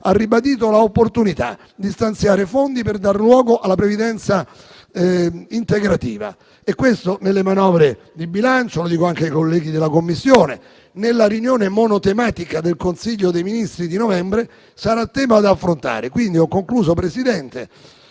ha ribadito l'opportunità di stanziare fondi per dar luogo alla previdenza integrativa. Questo nelle manovre di bilancio - lo dico anche ai colleghi della Commissione - e nella riunione monotematica del Consiglio dei ministri di novembre sarà un tema da affrontare. Signor Presidente,